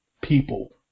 people